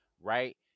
right